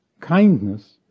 Kindness